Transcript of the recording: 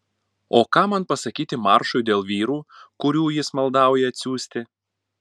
o ką man pasakyti maršui dėl vyrų kurių jis maldauja atsiųsti